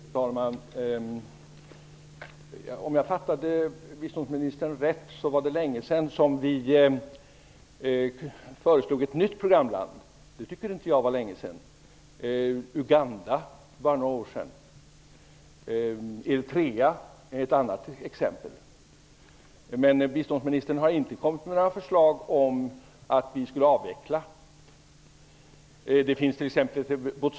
Fru talman! Om jag fattade biståndsministern rätt var det länge sedan som vi fick nytt programland. Jag tycker inte att det var länge sedan. Uganda föreslogs för bara några år sedan. Eritrea är ett annat exempel. Men biståndsministern har inte kommit med några förslag om att vi skulle avveckla något programland.